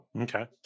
Okay